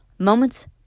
Moments